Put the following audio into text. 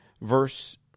verse